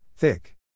Thick